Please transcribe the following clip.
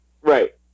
Right